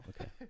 Okay